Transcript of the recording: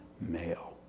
male